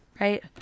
right